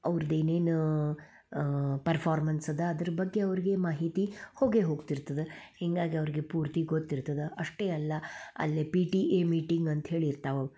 ಅವ್ರ್ದು ಏನೇನು ಪರ್ಫಾರ್ಮೆನ್ಸ್ ಅದ ಅದ್ರ ಬಗ್ಗೆ ಅವರಿಗೆ ಮಾಹಿತಿ ಹೋಗೆ ಹೋಗ್ತಿರ್ತದ ಹಿಂಗಾಗಿ ಅವರಿಗೆ ಪೂರ್ತಿ ಗೊತ್ತಿರ್ತದ ಅಷ್ಟೇ ಅಲ್ಲ ಅಲ್ಲೆ ಪಿ ಟಿ ಎ ಮೀಟಿಂಗ್ ಅಂತ್ಹೇಳಿ ಇರ್ತವೆ